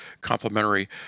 complementary